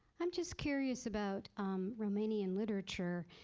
i'm just curious about romanian literature,